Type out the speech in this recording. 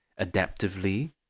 adaptively